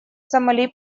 сомали